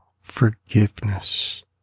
forgiveness